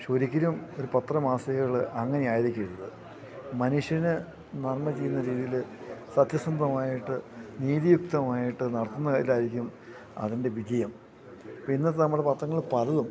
ഒരിക്കലും ഒരു പത്രമാസികകള് അങ്ങനെ ആയിരിക്കരുത് മനുഷ്യനു നന്മ ചെയ്യുന്ന രീതിയില് സത്യസന്ധമായിട്ട് നീതിയുക്തമായിട്ടു നടത്തുന്നതിലായിരിക്കും അതിൻ്റെ വിജയം ഇപ്പോള് ഇന്നത്തെ നമ്മുടെ പത്രങ്ങള് പലതും